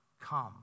come